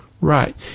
Right